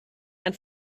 ein